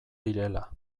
direla